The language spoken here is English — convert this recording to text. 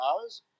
hours